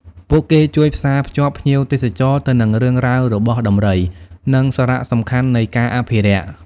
ពួកគេជួយផ្សាភ្ជាប់ភ្ញៀវទេសចរទៅនឹងរឿងរ៉ាវរបស់ដំរី និងសារៈសំខាន់នៃការអភិរក្ស។